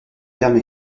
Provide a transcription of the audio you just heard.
fermes